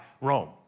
Rome